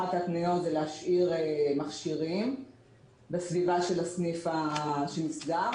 אחת ההתניות זה להשאיר מכשירים בסביבה של הסניף שנסגר,